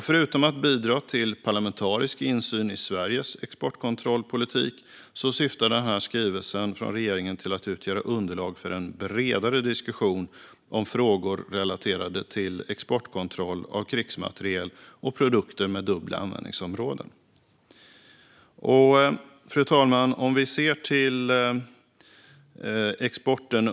Förutom att bidra till parlamentarisk insyn i Sveriges exportkontrollpolitik syftar denna skrivelse från regeringen till att utgöra underlag för en bredare diskussion om frågor relaterade till exportkontroll av krigsmateriel och produkter med dubbla användningsområden. Fru talman!